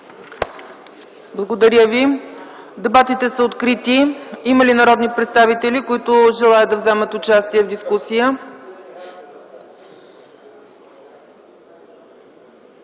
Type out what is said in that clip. Благодаря Ви. Дебатите са открити. Има ли народни представители, които желаят да вземат участие в дискусията?